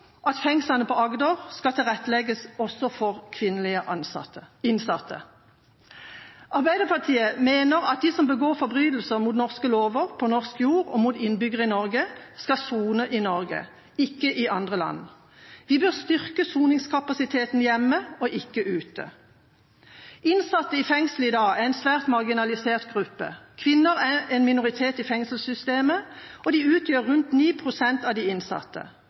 at fengslene på Agder skal tilrettelegges også for kvinnelige innsatte. Arbeiderpartiet mener at de som begår forbrytelser mot norske lover, på norsk jord og mot innbyggere i Norge, skal sone i Norge, ikke i andre land. Vi bør styrke soningskapasiteten hjemme, ikke ute. Innsatte i fengsel i dag er en svært marginalisert gruppe. Kvinner er en minoritet i fengselssystemet. De utgjør rundt 9 pst. av de innsatte.